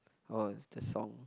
oh it's the song